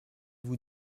vous